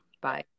bye